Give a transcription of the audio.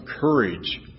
courage